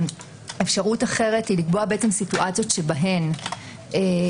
אפשרות אחרת היא לקבוע מצבים שבהם תהיה